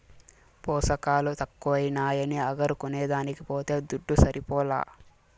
పోసకాలు తక్కువైనాయని అగరు కొనేదానికి పోతే దుడ్డు సరిపోలా